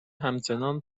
همچنان